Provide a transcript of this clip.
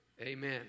Amen